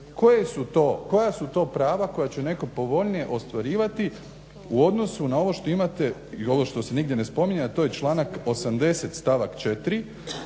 pojasni sadržajno koja će netko povoljnije ostvarivati u odnosu na ovo što imate i ovo što se nigdje ne spominje, a to je članak 80. stavak 4.